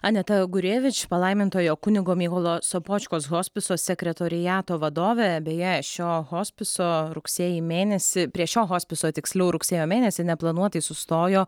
aneta gurevič palaimintojo kunigo mykolo sopočkos hospiso sekretoriato vadovė beje šio hospiso rugsėjį mėnesį prie šio hospiso tiksliau rugsėjo mėnesį neplanuotai sustojo